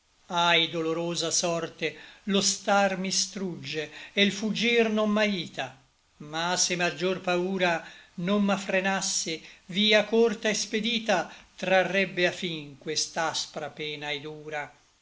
ahi dolorosa sorte lo star mi strugge e l fuggir non m'aita ma se maggior paura non m'affrenasse via corta et spedita trarrebbe a fin questa aspra pena et dura